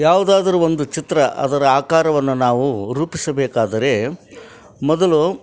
ಯಾವುದಾದರೂ ಒಂದು ಚಿತ್ರ ಅದರ ಆಕಾರವನ್ನು ನಾವು ರೂಪಿಸಬೇಕಾದರೆ ಮೊದಲು